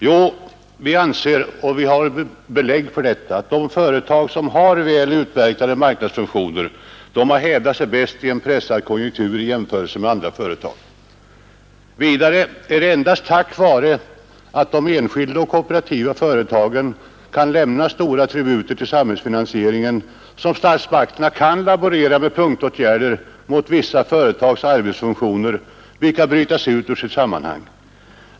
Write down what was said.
Jo, vi anser — och det har vi belägg för — att de företag som har väl utvecklade marknadsfunktioner har hävdat sig bättre i en pressad konjunktur än andra företag. Vidare är det endast tack vare att de enskilda och kooperativa företagen kan lämna stora tributer till samhällsfinansieringen som statsmakterna kan laborera med punktåtgärder mot vissa företags arbetsfunktioner, vilka bryts ut ur sitt sammanhang.